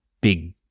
big